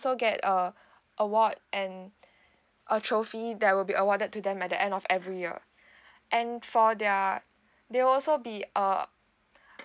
also get award and a trophy that will be awarded to them at the end of every year and for their they'll also be uh